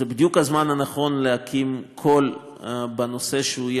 זה בדיוק הזמן הנכון להקים קול בנושא שיהיה